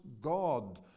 God